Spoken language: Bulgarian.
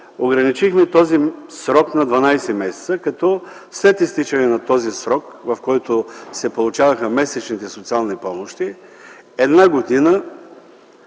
ограничихме този срок на 12 месеца, като след изтичане на този срок, в който се получаваха месечните социални помощи, една година